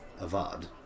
Avad